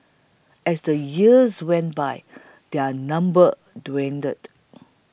as the years went by their number dwindled